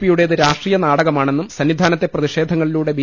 P യുടേത് രാഷ്ട്രീയ നാടകമാണെന്നും സന്നിധാ നത്തെ പ്രതിഷേധങ്ങളിലൂടെ ബി